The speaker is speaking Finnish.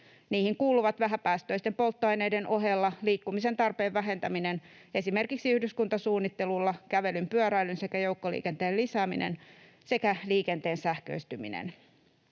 Niihin kuuluvat vähäpäästöisten polttoaineiden ohella liikkumisen tarpeen vähentäminen esimerkiksi yhdyskuntasuunnittelulla, kävelyn, pyöräilyn ja joukkoliikenteen lisääminen sekä liikenteen sähköistyminen.